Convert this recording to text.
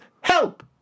help